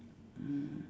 mm